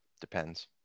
Depends